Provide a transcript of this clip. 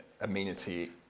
amenity